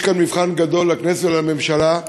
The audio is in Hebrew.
יש כאן מבחן גדול לכנסת ולממשלה: